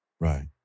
Right